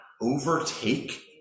overtake